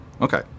Okay